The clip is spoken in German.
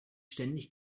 ständig